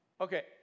Okay